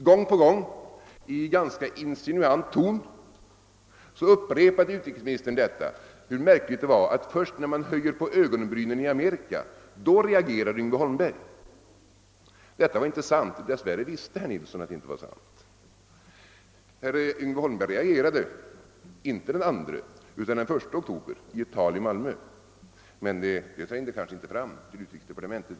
Gång på gång upprepade utrikesministern i ganska insinuant ton hur märkligt det var att Yngve Holmberg reagerar först när man höjer på ögonbrynen i Amerika. Detta var inte sant, och dess värre visste herr Nilsson det. Yngve Holmberg reagerade inte den 2 oktober utan den 1 oktober i ett tal i Malmö, men det trängde kanske inte fram till utrikesdepartementet.